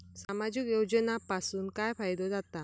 सामाजिक योजनांपासून काय फायदो जाता?